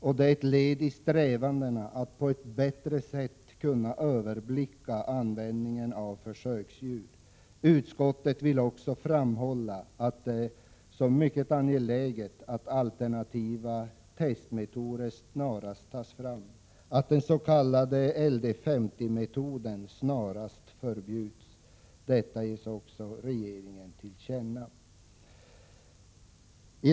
Detta är ett led i strävandena att på ett bättre sätt överblicka användandet av försöksdjur. Utskottet vill också framhålla det som mycket angeläget att alternativa testmetoder snarast arbetas fram och att den s.k. LD50-metoden snarast förbjuds. Detta ges regeringen till känna.